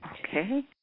Okay